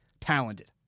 talented